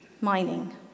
Mining